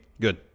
Good